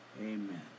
Amen